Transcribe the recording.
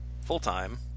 full-time